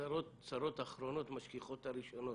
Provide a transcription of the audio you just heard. צרות אחרונות משכיחות את הראשונות.